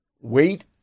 Wait